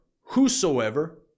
whosoever